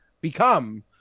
become